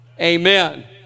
Amen